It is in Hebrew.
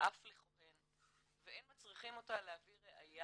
אף לכהן ואין מצריכים אותה להביא ראיה